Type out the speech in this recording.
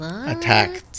attack